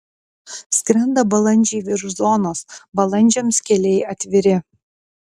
skrenda balandžiai virš zonos balandžiams keliai atviri